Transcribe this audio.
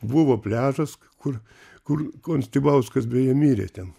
buvo pliažas kur kur konstibauskas beje mirė ten